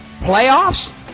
Playoffs